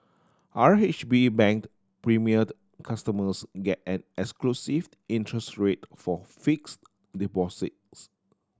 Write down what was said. R H B Bank Premier customers get an exclusive interest rate for fixed deposits